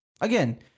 Again